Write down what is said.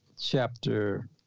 chapter